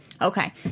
Okay